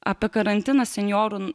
apie karantiną senjorų